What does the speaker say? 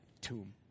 tomb